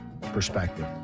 perspective